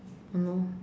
oh no